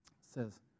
says